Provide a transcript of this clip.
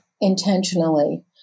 intentionally